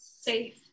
safe